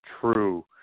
true